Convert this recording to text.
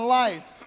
life